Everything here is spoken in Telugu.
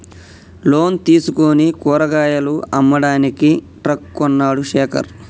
లోన్ తీసుకుని కూరగాయలు అమ్మడానికి ట్రక్ కొన్నడు శేఖర్